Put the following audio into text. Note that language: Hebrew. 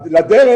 לדרך.